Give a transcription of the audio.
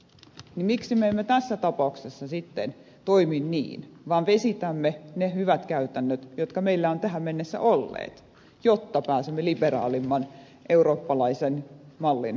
miksi me emme tässä tapauksessa sitten toimi niin vaan vesitämme ne hyvät käytännöt jotka meillä on tähän mennessä ollut jotta pääsemme toimimaan liberaalimman eurooppalaisen mallin mukaisesti